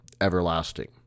everlasting